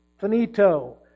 Finito